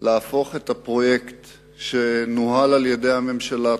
להפוך את הפרויקט שנוהל על-ידי הממשלה,